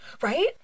right